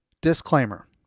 Disclaimer